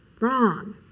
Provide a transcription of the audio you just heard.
wrong